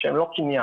שהם לא קניין,